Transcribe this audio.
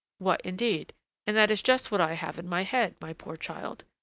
what, indeed and that is just what i have in my head, my poor child!